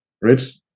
Rich